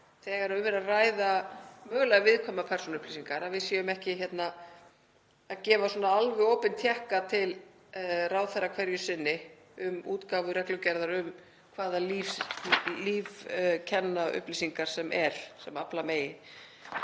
þegar um er að ræða mögulega viðkvæmar persónuupplýsingar, að við séum ekki að gefa alveg opinn tékka til ráðherra hverju sinni um útgáfu reglugerðar um hvaða lífkennaupplýsingar það séu sem afla megi.